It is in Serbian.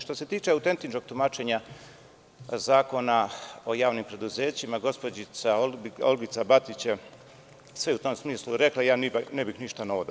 Što se tiče autentičnog tumačenja Zakona o javnim preduzećima, gospođica Olgica Batić je sve u tom smislu rekla, ja ipak ne bih ništa novo dodao.